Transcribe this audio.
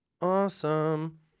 awesome